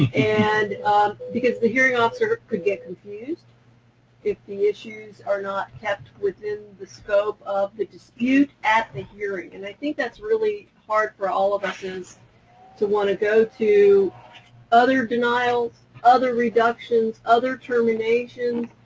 and because the hearing officer could get confused if the issues are not kept within the scope of the dispute at the hearing. and i think that's really hard for all of us is to want to go to other denials, other reductions, other terminations,